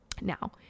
Now